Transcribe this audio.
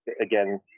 again